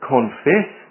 Confess